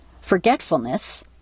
forgetfulness